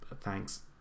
thanks